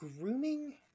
grooming